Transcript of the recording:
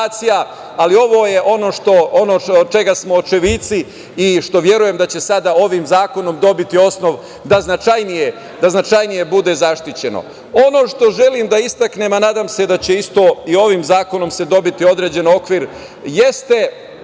ali ovo je ono čega smo očevici i što verujem da će ovim zakonom da bude značajnije zaštićeno. Ono što želim da istaknem, a nadam se da će isto i ovim zakonom se dobiti okvir, jeste